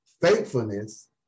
Faithfulness